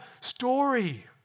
story